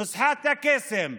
נוסחת הקסם.